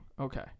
Okay